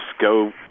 go